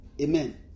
Amen